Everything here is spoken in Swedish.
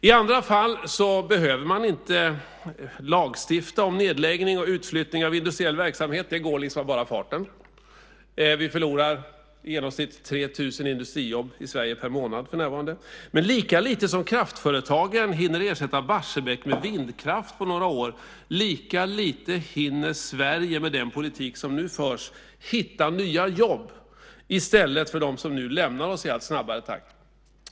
I andra fall behöver man inte lagstifta om nedläggning och utflyttning av industriell verksamhet. Det går liksom av bara farten. Vi förlorar för närvarande i genomsnitt 3 000 industrijobb i Sverige per månad. Lika lite som kraftföretagen hinner ersätta Barsebäck med vindkraft på några år, lika lite hinner Sverige med den politik som nu förs hitta nya jobb i stället för dem som nu lämnar oss i allt snabbare takt.